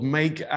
make